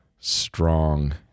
strong